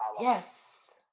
Yes